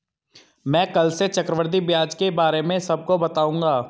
मैं कल से चक्रवृद्धि ब्याज के बारे में सबको बताऊंगा